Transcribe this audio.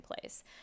place